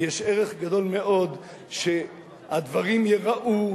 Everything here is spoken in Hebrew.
ויש ערך גדול מאוד שהדברים ייראו ויישמעו,